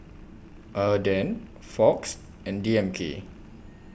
Aden Fox and D M K